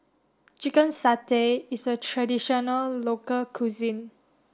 chicken satay is a traditional local cuisine